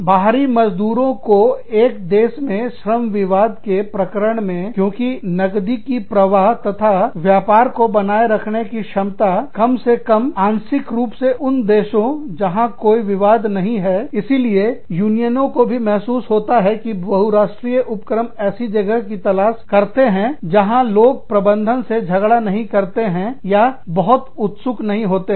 बाहरी मजदूरों को एक देश में श्रम विवाद के प्रकरण मेंक्योंकि नगदी की प्रवाह तथा व्यापार को बनाए रखने की क्षमता कम से कम आंशिक रूप से उन देशों जहां कोई विवाद नहीं है इसीलिए यूनियनों को भी महसूस होता है कि बहुराष्ट्रीय उपक्रम ऐसी जगहों की तलाश करते हैं जहां लोग प्रबंधन से झगड़ा नहीं करते हैं या बहुत उत्सुक नहीं होते हैं